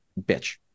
bitch